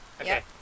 Okay